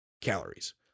calories